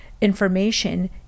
information